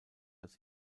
als